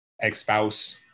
ex-spouse